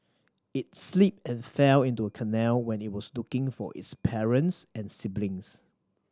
it slipped and fell into a canal when it was looking for its parents and siblings